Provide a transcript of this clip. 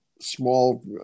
small